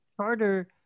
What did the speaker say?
Charter